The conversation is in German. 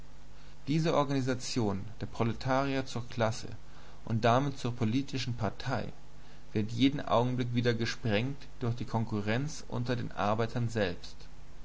diese organisation der proletarier zur klasse und damit zur politischen partei wird jeden augenblick wieder gesprengt durch die konkurrenz unter den arbeitern selbst